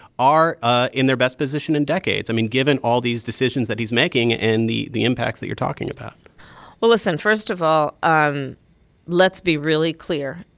are ah in their best position in decades i mean, given all these decisions that he's making and the the impacts that you're talking about well, listen, first of all, um let's be really clear.